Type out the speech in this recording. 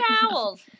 towels